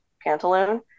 Pantaloon